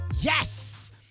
Yes